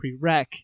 prereq